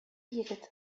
егет